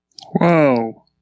Whoa